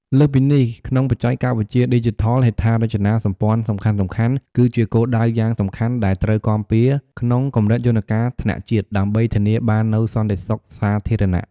លើសពីនេះ ក្នុងបច្ចេកវិទ្យាឌីជីថល ហេដ្ឋារចនាសម្ព័ន្ធសំខាន់ៗ គឺជាគោលដៅយ៉ាងសំខាន់ ដែលត្រូវគាំពារក្នុងកម្រិតយន្តការថ្នាក់ជាតិ ដើម្បីធានាបាននូវសន្តិសុខសាធារណៈ។